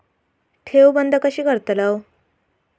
ठेव बंद कशी करतलव?